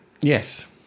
Yes